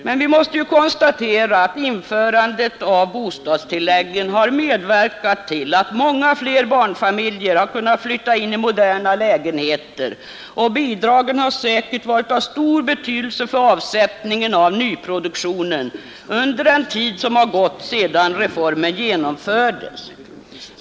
Men vi kan nu konstatera att införandet av bostadstilläggen har medverkat till att många fler barnfamiljer har kunnat flytta in i moderna lägenheter, och bidragen har säkert varit av stor betydelse för avsättningen av nyproduktionen under den tid som har gått sedan reformen genomfördes.